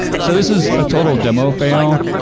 so this is a total demo fail.